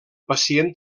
pacient